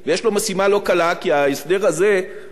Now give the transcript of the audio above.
כי ההסדר הזה הוא לא הבראת הערוץ,